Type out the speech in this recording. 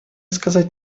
сказать